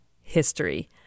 history